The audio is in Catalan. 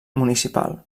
municipal